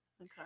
Okay